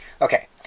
Okay